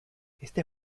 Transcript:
este